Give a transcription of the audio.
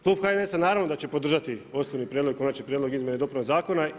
Klub HNS-a naravno da će podržati osnovni prijedlog, konačni prijedlog izmjena i dopuna zakona.